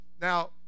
Now